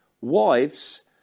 Wives